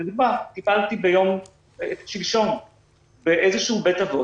לדוגמה טיפלתי שלשום באיזשהו בית אבות,